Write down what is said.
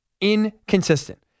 inconsistent